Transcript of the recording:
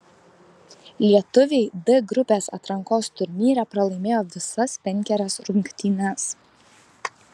lietuviai d grupės atrankos turnyre pralaimėjo visas penkerias rungtynes